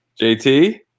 JT